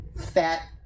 fat